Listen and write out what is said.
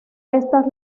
estas